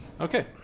Okay